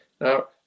Now